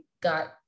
got